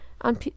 on